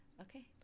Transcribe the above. okay